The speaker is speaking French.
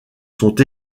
sont